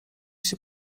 się